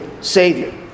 Savior